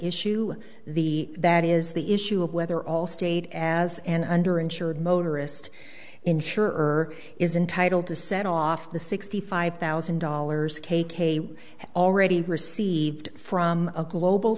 issue the that is the issue of whether allstate as an under insured motorist insure is entitle to set off the sixty five thousand dollars k k we have already received from a global